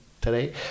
today